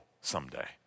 someday